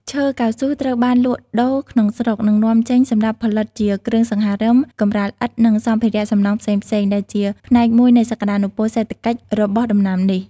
ឈើកៅស៊ូត្រូវបានលក់ដូរក្នុងស្រុក និងនាំចេញសម្រាប់ផលិតជាគ្រឿងសង្ហារឹម កម្រាលឥដ្ឋ និងសម្ភារៈសំណង់ផ្សេងៗ ដែលជាផ្នែកមួយនៃសក្តានុពលសេដ្ឋកិច្ចរបស់ដំណាំនេះ។